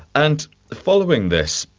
and following this,